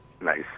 nice